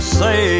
say